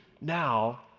now